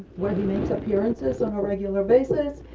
where he makes appearances on a regular basis.